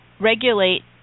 regulate